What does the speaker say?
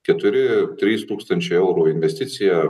keturi trys tūkstančiai eurų investicija